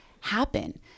happen